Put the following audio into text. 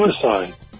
suicide